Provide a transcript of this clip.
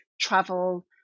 travel